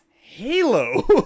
Halo